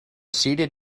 seated